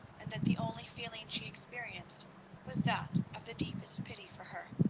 and that the only feeling she experienced was that of the deepest pity for her.